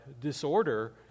disorder